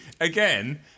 again